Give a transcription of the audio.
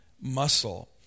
muscle